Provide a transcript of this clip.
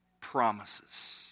promises